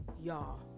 y'all